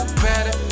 better